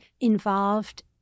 involved